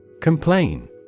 Complain